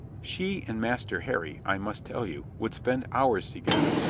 she and master harry, i must tell you, would spend hours together,